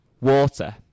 Water